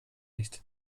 nicht